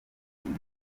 kintu